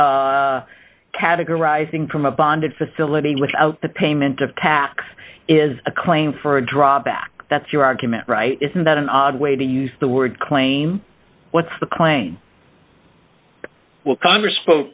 categorizing from a bonded facility without the payment of tax is a claim for a drawback that's your argument right isn't that an odd way to use the word claim what's the claim will congress